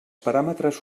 paràmetres